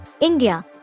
India